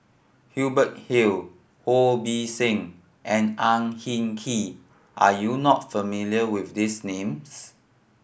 Hubert Hill Ho Beng See and Ang Hin Kee are you not familiar with these names